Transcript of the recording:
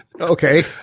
Okay